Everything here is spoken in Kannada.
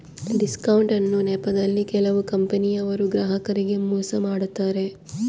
ಡಿಸ್ಕೌಂಟ್ ಅನ್ನೊ ನೆಪದಲ್ಲಿ ಕೆಲವು ಕಂಪನಿಯವರು ಗ್ರಾಹಕರಿಗೆ ಮೋಸ ಮಾಡತಾರೆ